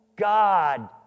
God